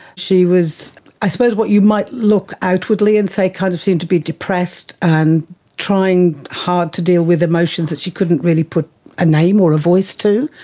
she was i suppose what you might look outwardly and say kind of seemed to be depressed and trying hard to deal with emotions that she couldn't really put a name or a voice too,